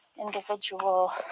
individual